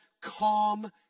calm